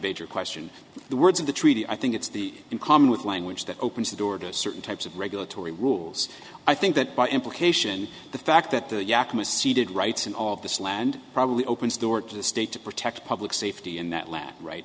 evade your question the words of the treaty i think it's the in common with language that opens the door to certain types of regulatory rules i think that by implication the fact that the yakima ceded rights and all of this land probably opens door to the state to protect public safety in that land right